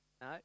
No